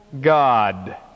God